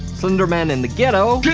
slender man in the ghetto,